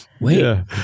Wait